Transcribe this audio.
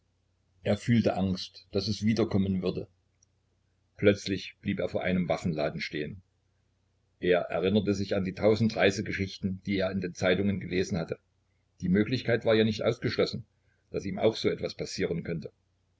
er fühlte angst daß es wiederkommen würde plötzlich blieb er vor einem waffenladen stehen er erinnerte sich an die tausend reisegeschichten die er in zeitungen gelesen hatte die möglichkeit war ja nicht ausgeschlossen daß ihm auch so etwas passieren könnte